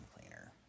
cleaner